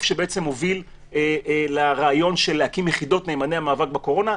שהוביל לרעיון להקים יחידות "נאמני המאבק בקורונה".